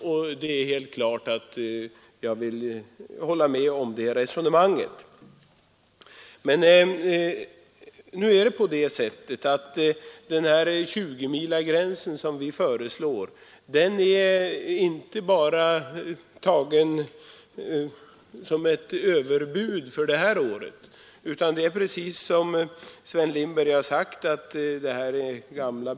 Jag kan hålla med om det resonemanget. Men nu är den 20-milsgräns som vi föreslår inte tagen som ett överbud för det här året. Det är, precis som herr Lindberg har sagt, gamla bekanta frågor.